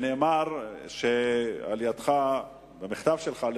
אמרת, לפחות במכתב שלך,